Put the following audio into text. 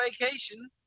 vacation